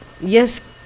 yes